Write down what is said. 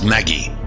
Maggie